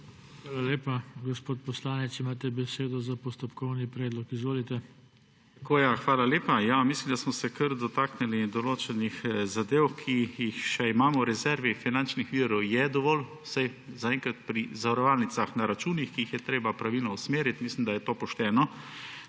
Hvala lepa. Gospod poslanec, imate besedo za postopkovni predlog, izvolite. JOŽE LENART (PS LMŠ): Hvala lepa. Mislim, da smo se kar dotaknili določenih zadev, ki jih še imamo v rezervi. Finančnih virov je dovolj, vsaj zaenkrat, pri zavarovalnicah na računih, ki jih treba pravilno usmeriti. Mislim, da je to pošteno.